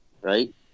right